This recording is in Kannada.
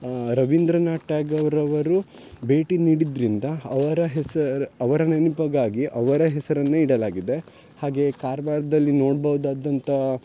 ರವೀಂದ್ರನಾಥ್ ಟ್ಯಾಗೂರ್ ಅವರು ಭೇಟಿ ನೀಡಿದ್ದರಿಂದ ಅವರ ಹೆಸರು ಅವರ ನೆನ್ಪಿಗಾಗಿ ಅವರ ಹೆಸರನ್ನೇ ಇಡಲಾಗಿದೆ ಹಾಗೆಯೇ ಕಾರ್ವಾರ್ದಲ್ಲಿ ನೋಡ್ಬೌದಾದಂಥ